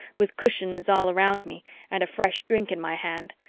with cushions all around me and a fresh drink in my hand,